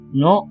no